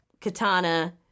Katana